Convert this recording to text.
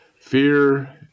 fear